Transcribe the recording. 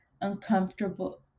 uncomfortable